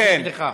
לכן,